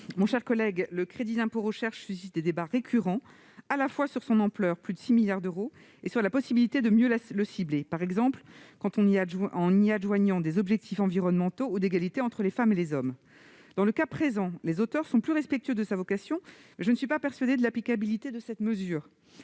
Mon cher collègue, le crédit d'impôt recherche suscite des débats récurrents, à la fois sur son ampleur, plus de 6 milliards d'euros, et sur la possibilité de mieux le cibler, par exemple en y adjoignant des objectifs environnementaux ou en matière d'égalité entre les femmes et les hommes. Dans le cas présent, les auteurs sont plus respectueux de sa vocation, mais je ne suis pas persuadée de l'applicabilité de cette mesure.